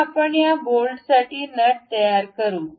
आता आपण या बोल्टसाठी नट तयार करू